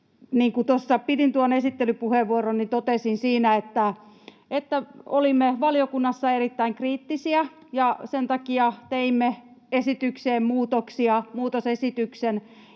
tuossa pidin tuon esittelypuheenvuoron, totesin siinä, että olimme valiokunnassa erittäin kriittisiä ja sen takia teimme esitykseen